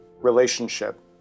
relationship